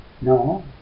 No